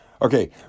Okay